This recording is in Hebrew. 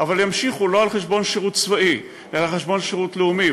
אבל ימשיכו לא על חשבון שירות צבאי אלא על חשבון שירות לאומי,